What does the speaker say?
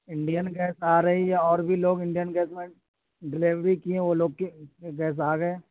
Indian gas آ رہی ہے اور بھی لوگ انڈین گیس میں ڈلیوری کیے ہیں وہ لوگ کی گیس آگیے ہیں